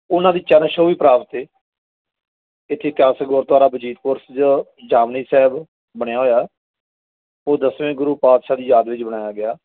ਉਹਨਾਂ ਦੀ ਚਰਨ ਸ਼ੋ ਵੀ ਪ੍ਰਾਪਤ ਹੈ ਇੱਥੇ ਇਤਿਹਾਸਿਕ ਗੁਰਦੁਆਰਾ ਬਜੀਦਪੁਰ ਤ ਜਾਮਨੀ ਸਾਹਿਬ ਬਣਿਆ ਹੋਇਆ ਉਹ ਦਸਵੇਂ ਗੁਰੂ ਪਾਤਸ਼ਾਹ ਦੀ ਯਾਦ ਵਿੱਚ ਬਣਾਇਆ ਗਿਆ